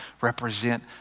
represent